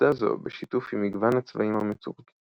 עובדה זו, בשיתוף עם מגוון הצבעים המצומצם,